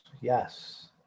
yes